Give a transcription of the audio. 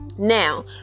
Now